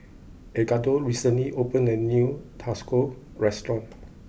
Edgardo recently opened a new Tacos restaurant